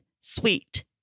sweet